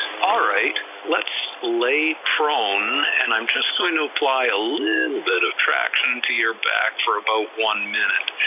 all right, let's lay prone, and i'm just going to apply a little bit of traction to your back for about one minute,